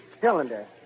cylinder